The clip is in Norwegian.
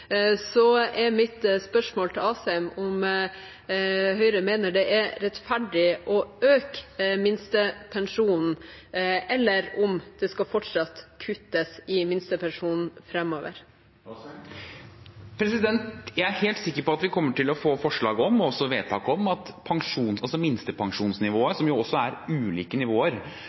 er mitt spørsmål til Asheim: Mener Høyre det er rettferdig å øke minstepensjonen, eller skal det fortsatt kuttes i minstepensjonen framover? Jeg er helt sikker på at vi kommer til å få forslag om, og også vedtak om, minstepensjonsnivået, som også er ulike nivåer.